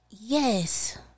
Yes